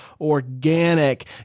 Organic